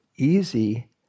easy